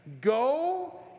Go